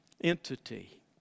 entity